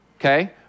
okay